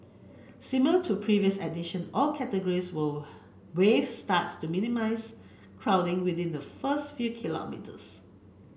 similar to previous edition all categories will wave starts to minimise crowding within the first few kilometres